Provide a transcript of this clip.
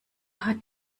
hat